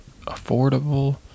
affordable